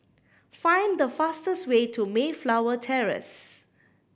find the fastest way to Mayflower Terrace